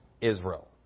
israel